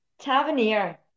Tavernier